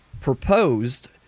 proposed